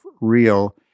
real